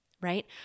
right